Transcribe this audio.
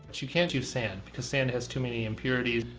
you can't use sand because sand has too many impurities.